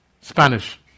Spanish